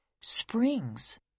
springs